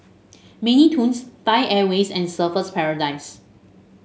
Mini Toons Thai Airways and Surfer's Paradise